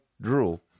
Drool